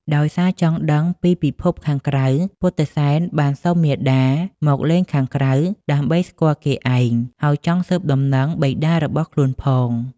ដោយសារចង់ដឹងពីពិភពខាងក្រៅ ពុទ្ធិសែនបានសុំមាតាមកលេងខាងក្រៅដើម្បីស្គាល់គេឯង ហើយចង់ស៊ើបដំណឹងបិតារបស់ខ្លួនផង។